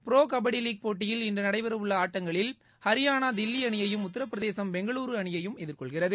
bro kabaddi league போட்டியில் இன்று நடைபெற உள்ள ஆட்டங்களில் ஹரியானா தில்லி அணியையும் உத்தரபிரதேசம் பெங்களூரு அணியையும் எதிர்கொள்கிறது